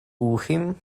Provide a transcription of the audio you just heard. urim